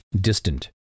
distant